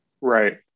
Right